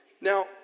Now